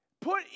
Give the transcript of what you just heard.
Put